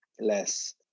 less